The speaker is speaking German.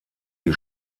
die